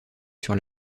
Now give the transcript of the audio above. sur